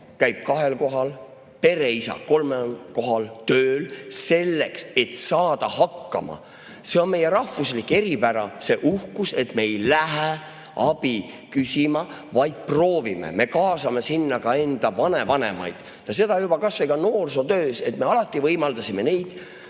ristis kahel kohal ja pereisa käib kolmel kohal tööl selleks, et saada hakkama. See on meie rahvuslik eripära, see uhkus, et me ei lähe abi küsima, vaid proovime. Me kaasame sinna ka enda vanavanemaid. Ja seda juba kas või noorsootöös. Me alati võimaldasime neil